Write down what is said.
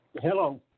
Hello